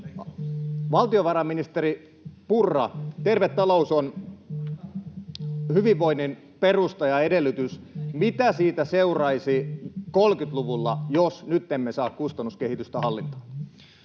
Valtiovarainministeri Purra, terve talous on hyvinvoinnin perusta ja edellytys. Mitä siitä seuraisi 30-luvulla, jos nyt emme saa kustannuskehitystä hallintaan?